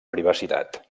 privacitat